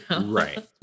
Right